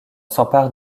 s’empare